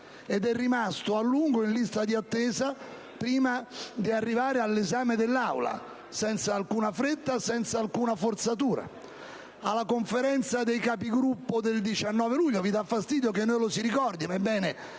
ed è rimasto a lungo in lista di attesa prima di arrivare all'esame dell'Assemblea, senza alcuna fretta o forzatura. Ma nella Conferenza dei Capigruppo del 19 luglio - vi dà fastidio che noi lo si ricordi, ma è bene